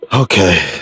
okay